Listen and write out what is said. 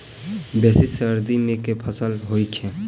बेसी सर्दी मे केँ फसल होइ छै?